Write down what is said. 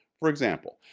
for example,